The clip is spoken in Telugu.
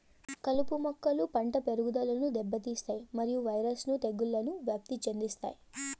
కలుపు మొక్కలు పంట పెరుగుదలను దెబ్బతీస్తాయి మరియు వైరస్ ను తెగుళ్లను వ్యాప్తి చెందిస్తాయి